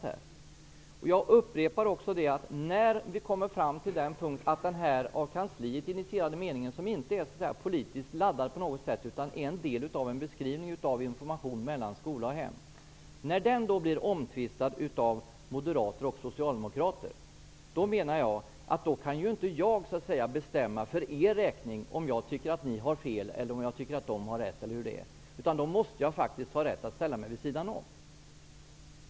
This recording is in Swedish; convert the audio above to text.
När moderater och socialdemokrater tvistar om en av kansliet initierad mening, som inte på något sätt är politiskt laddad utan en del av en beskrivning av informationen mellan skola och hem, kan inte jag för er räkning bestämma om ni har fel eller rätt. Jag måste faktiskt ha rätt att ställa mig vid sidan om.